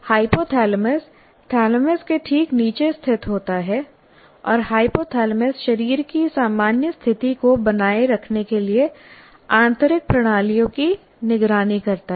hypothalamus thalamus के ठीक नीचे स्थित होता है और हाइपोथैलेमस शरीर की सामान्य स्थिति को बनाए रखने के लिए आंतरिक प्रणालियों की निगरानी करता है